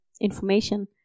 information